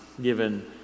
given